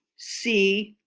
see,